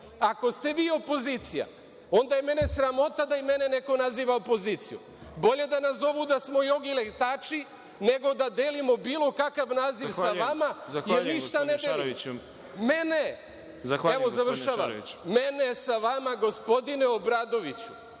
Ako ste vi opozicija, onda je mene sramota da i mene neko naziva opozicijom. Bolje da nas zovu da smo jogi letači, nego da delimo bilo kakav naziv sa vama jer ništa …… **Đorđe Milićević** Zahvaljujem gospodine Šaroviću.